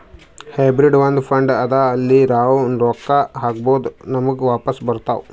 hybrid ಒಂದ್ fund ಅದಾ ಅಲ್ಲಿ ನಾವ್ ರೊಕ್ಕಾ ಹಾಕ್ಬೋದ್ ನಮುಗ ವಾಪಸ್ ಬರ್ತಾವ್